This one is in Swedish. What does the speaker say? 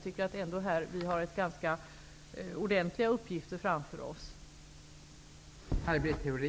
Det är ändå ganska omfattande uppgifter som vi har framför oss.